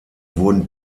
wurden